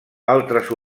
altres